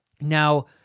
Now